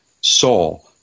Saul